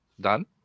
done